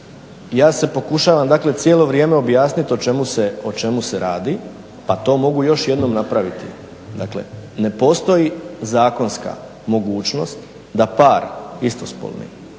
ja se pokušavam, dakle cijelo vrijeme objasniti o čemu se radi, pa to mogu još jednom napraviti. Dakle, ne postoji zakonska mogućnost da par istospolni